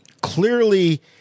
Clearly